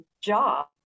job